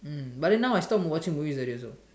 mm but then now I stopped watching movies already also